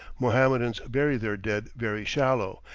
mohammedans bury their dead very shallow,